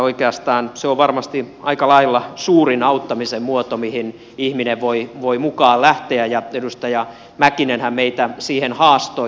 oikeastaan se on varmasti aika lailla suurin auttamisen muoto mihin ihminen voi mukaan lähteä ja edustaja mäkinenhän meitä siihen haastoi